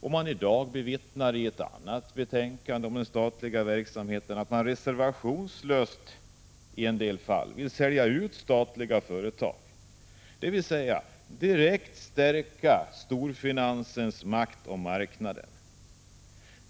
I dag bevittnar vi i debatten om ett betänkande om den statliga verksamheten att centern i en del fall reservationslöst vill sälja statliga företag, dvs. direkt stärka storfinansens makt och marknader.